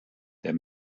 der